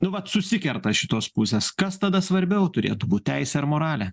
nu vat susikerta šitos pusės kas tada svarbiau turėtų būt teisė ar moralė